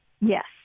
Yes